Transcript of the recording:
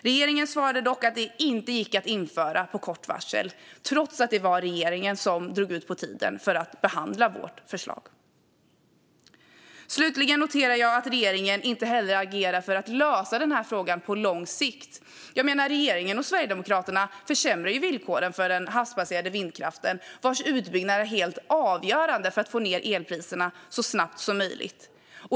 Regeringen svarar dock att det inte har gått att införa på kort varsel, trots att det var regeringen som drog ut på tiden för att behandla vårt förslag. Slutligen noterar jag att regeringen inte heller agerar för att lösa frågan på lång sikt. Regeringen och Sverigedemokraterna försämrar villkoren för den havsbaserade vindkraften, vars utbyggnad är helt avgörande för att få ned elpriserna så snabbt som möjligt.